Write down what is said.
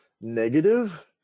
negative